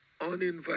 uninvited